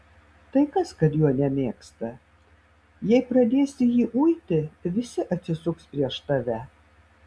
tai kas kad jo nemėgsta jei pradėsi jį uiti visi atsisuks prieš tave